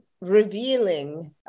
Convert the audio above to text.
revealing